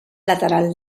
lateral